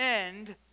end